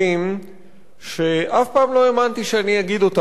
האמנתי שאני אגיד אותן בדיונים הפוליטיים,